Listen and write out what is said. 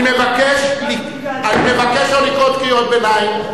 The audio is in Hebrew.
אני מבקש לא לקרוא קריאות ביניים.